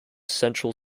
central